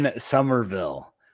Somerville